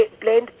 blend